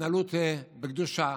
התנהלות בקדושה,